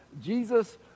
jesus